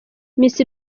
miss